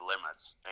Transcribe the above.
limits